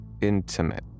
intimate